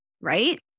right